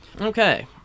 Okay